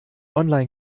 online